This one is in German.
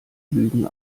lügen